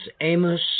Amos